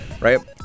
right